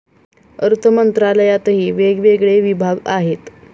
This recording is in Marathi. अर्थमंत्रालयातही वेगवेगळे विभाग आहेत